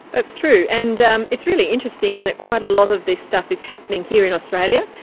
that's true, and um it's really interesting in that quite a lot of this stuff is happening here in australia.